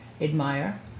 admire